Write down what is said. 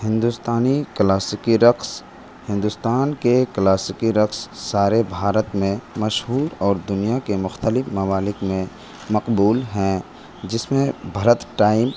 ہندوستانی کلاسکی رقص ہندوستان کے کلاسکی رقص سارے بھارت میں مشہور اور دنیا کے مختلف ممالک میں مقبول ہیں جس میں بھارت ٹائم